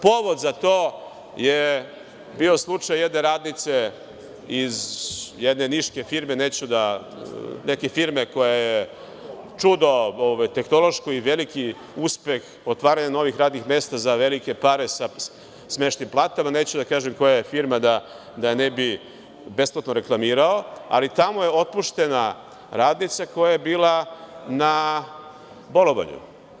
Povod za to je bio slučaj jedne radnice iz neke Niške firme, koja je čudo tehnološko i veliki uspeh u otvaranju novih radnih mesta za velike pare sa smešnim platama, neću da kažem koja je firma da je ne bih besplatno reklamirao, ali, tamo je otpuštena radnica koja je bila na bolovanju.